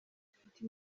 ufite